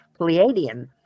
Pleiadian